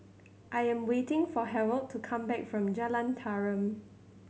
I am waiting for Harrold to come back from Jalan Tarum